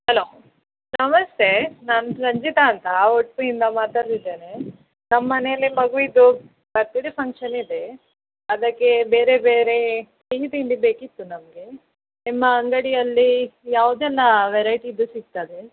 hello ನಮಸ್ತೆ ನಾನು ರಂಜಿತಾ ಅಂತ ಉಡುಪಿಯಿಂದ ಮಾತಾಡ್ತಿದ್ದೇನೆ ನಮ್ಮಮನೇಲಿ ಮಗುವಿಂದು ಬರ್ತಡೇ ಫಂಕ್ಷನ್ ಇದೇ ಅದಕ್ಕೆ ಬೇರೆ ಬೇರೇ ಸಿಹಿ ತಿಂಡಿ ಬೇಕಿತ್ತು ನಮಗೆ ನಿಮ್ಮ ಅಂಗಡಿಯಲ್ಲೀ ಯಾವುದೆಲ್ಲಾ ವೆರೈಟಿದು ಸಿಕ್ತದೆ